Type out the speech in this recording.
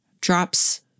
drops